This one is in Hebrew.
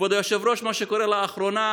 כבוד היושב-ראש, כנסת ריקה,